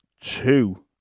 two